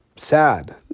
sad